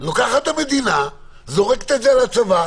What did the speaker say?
המדינה זורקת את זה על הצבא,